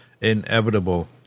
inevitable